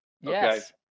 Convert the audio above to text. Yes